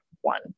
one